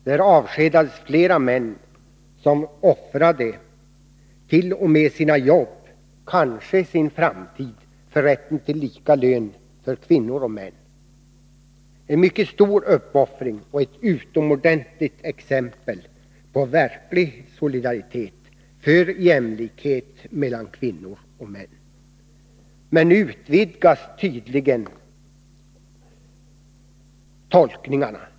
Där avskedades flera män som offrade t.o.m. sina jobb, kanske sin framtid, för rätten till lika lön för kvinnor och män — en mycket stor uppoffring och ett utomordentligt exempel på verklig solidaritet: full jämlikhet mellan kvinnor och män. Nu utvidgas tydligen tolkningen.